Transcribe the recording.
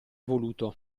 voluto